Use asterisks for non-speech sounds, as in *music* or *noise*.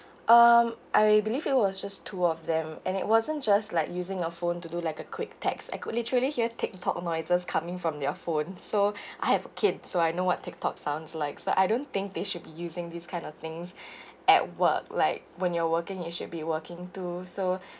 um I believe it was just two of them and it wasn't just like using a phone to do like a quick text I could literally hear TikTok noises coming from their phones so I have kids so I know what TikTok sounds like so I don't think they should be using these kind of things at work like when you're working you should be working too so *breath*